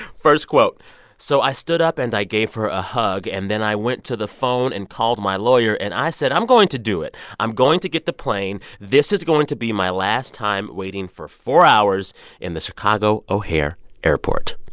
first quote so i stood up, and i gave her a hug. and then i went to the phone and called my lawyer. and i said i'm going to do it. i'm going to get the plane. this is going to be my last time waiting for four hours in the chicago o'hare airport.